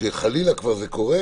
שאם חלילה זה קורה,